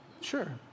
Sure